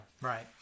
Right